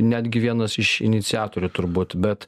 netgi vienas iš iniciatorių turbūt bet